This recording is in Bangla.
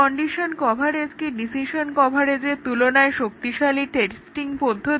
কন্ডিশন কভারেজ কি ডিসিশন কভারেজের তুলনায় শক্তিশালী টেস্টিং পদ্ধতি